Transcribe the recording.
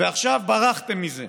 ועכשיו ברחתם מזה.